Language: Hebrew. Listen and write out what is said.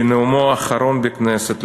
בנאומו האחרון בכנסת,